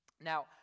Now